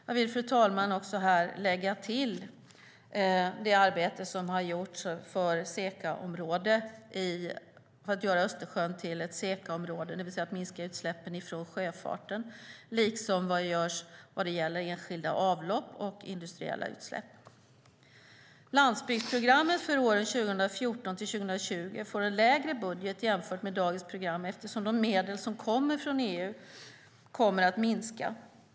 Jag vill, fru talman, här lägga till det arbete som har gjorts för att göra Östersjön till ett SECA-område, det vill säga att minska utsläppen från sjöfarten, liksom vad som görs vad gäller enskilda avlopp och industriella utsläpp. Landsbygdsprogrammet för åren 2014-2020 får en lägre budget jämfört med dagens program eftersom de medel som kommer från EU kommer att minska.